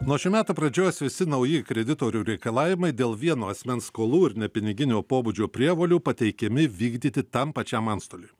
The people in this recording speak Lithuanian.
nuo šių metų pradžios visi nauji kreditorių reikalavimai dėl vieno asmens skolų ir nepiniginio pobūdžio prievolių pateikiami vykdyti tam pačiam antstoliui